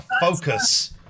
focus